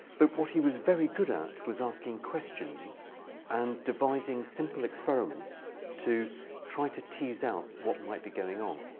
but what he was very good at was asking questions and devising simple experiments to try to tease out what might be going on.